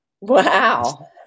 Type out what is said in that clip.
Wow